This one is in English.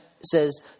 says